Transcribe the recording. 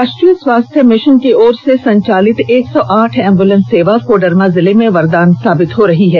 राष्ट्रीय स्वास्थ्य भिशन की ओर से संचालित एक सौ आठ एंब्रेलेंस सेवा कोडरमा जिले में वरदान साबित हो रही है